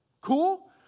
cool